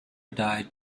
died